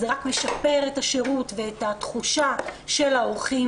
זה רק משפר את השירות ואת התחושה של האורחים